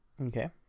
Okay